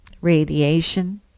Radiation